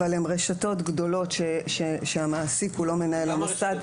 אבל הן רשתות גדולות שהמעסיק הוא לא מנהל המוסד.